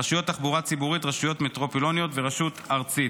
רשויות תחבורה ציבורית (רשויות מטרופוליניות ורשות ארצית).